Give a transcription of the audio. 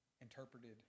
interpreted